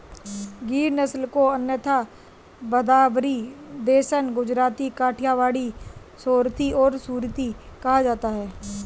गिर नस्ल को अन्यथा भदावरी, देसन, गुजराती, काठियावाड़ी, सोरथी और सुरती कहा जाता है